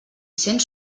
sent